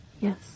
Yes